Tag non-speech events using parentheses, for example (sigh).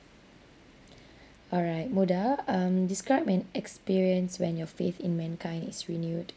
(breath) alright moda um describe an experience when your faith in mankind is renewed